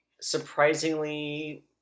Surprisingly